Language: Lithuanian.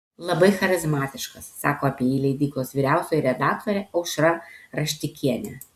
labai charizmatiškas sako apie jį leidyklos vyriausioji redaktorė aušra raštikienė